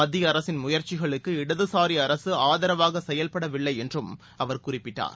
மத்திய அரசின் முயற்சிகளுக்கு இடதுசாரி அரசு ஆதரவாக செயல்படவில்லை என்றும் அவர் குறிப்பிட்டார்